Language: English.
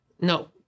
no